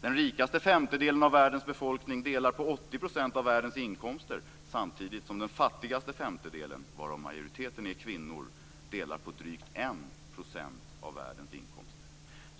Den rikaste femtedelen av världens befolkning delar på 80 % av världens inkomster, samtidigt som den fattigaste femtedelen - varav majoriteten är kvinnor - delar på drygt 1 % av världens inkomster.